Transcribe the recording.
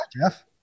Jeff